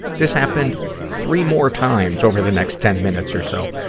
this happened three more times over the next ten minutes or so,